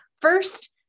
First